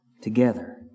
together